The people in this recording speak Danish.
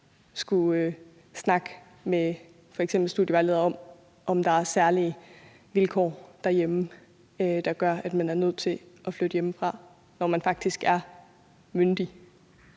skulle snakke med f.eks. studievejledere om, om der er særlige vilkår derhjemme, der gør, at man er nødt til at flytte hjemmefra, når man faktisk er myndig.